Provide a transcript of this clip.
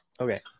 Okay